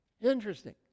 Interesting